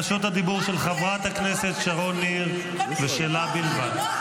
רשות הדיבור של חברת הכנסת שרון ניר ושלה בלבד.